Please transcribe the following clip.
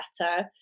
better